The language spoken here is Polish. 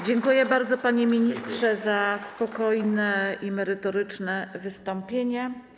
Dziękuję bardzo, panie ministrze za spokojne i merytoryczne wystąpienie.